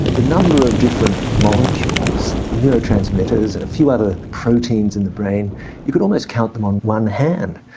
the number of different molecules, neurotransmitters, and a few other proteins in the brain you could almost count them on one hand.